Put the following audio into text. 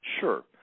Sure